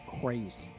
crazy